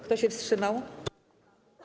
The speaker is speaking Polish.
Kto się wstrzymał?